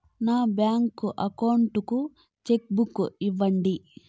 నా bank account కు cheque book ఇవ్వండి